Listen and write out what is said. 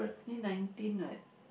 then nineteen what